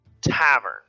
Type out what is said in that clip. tavern